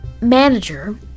manager